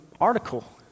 article